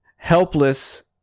helpless